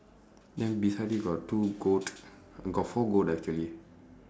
then beside it got two goat got four goat actually